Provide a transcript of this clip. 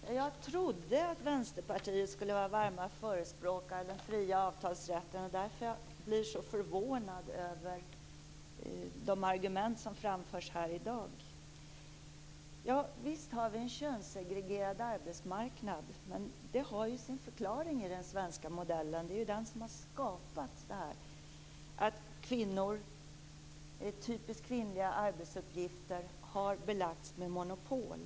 Herr talman! Jag trodde att vänsterpartisterna skulle vara varma förespråkare för den fria avtalsrätten. Därför blir jag så förvånad över de argument som framförs här i dag. Visst har vi en könssegregerad arbetsmarknad. Men det har sin förklaring i den svenska modellen. Det är den som har skapat förhållandet att typiskt kvinnliga arbetsuppgifter har belagts med monopol.